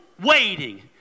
waiting